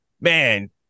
man